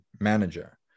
manager